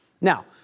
Now